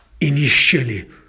initially